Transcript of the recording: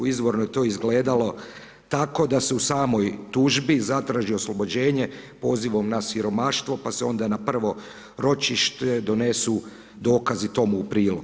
Izvorno je to izgledalo tako da su u samoj tužbi zatraži oslobođenje pozivom na siromaštvo pa se onda na prvo ročište donesu dokazi tomu u prilog.